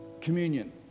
communion